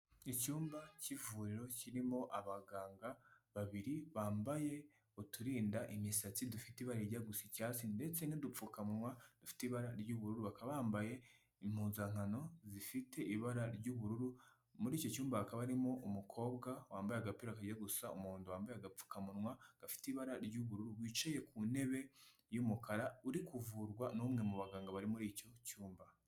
Icyumba cy'ivuriro kirimo abaganga babiri bambaye uturinda imisatsi dufite ibara rijya gusa icyatsi ndetse n'udupfukamunwa dufite ibara ry'ubururu bakaba bambaye impuzankano zifite ibara ry'ubururu muri icyo cyumba hakaba harimo umukobwa wambaye agapira kagiye gusa umuhondo wambaye agapfukamunwa gafite ibara ry'ubururu wicaye ku ntebe y'umukara uri kuvurwa numwe mu baganga bari muri icyo cyumba.